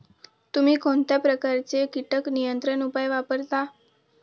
तुम्ही कोणत्या प्रकारचे कीटक नियंत्रण उपाय वापरता?